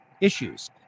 issues